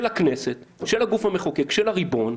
הכנסת, של הגוף המחוקק, של הריבון.